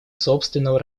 собственного